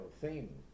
theme